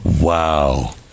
Wow